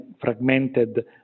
fragmented